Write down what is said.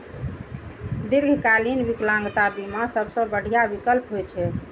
दीर्घकालीन विकलांगता बीमा सबसं बढ़िया विकल्प होइ छै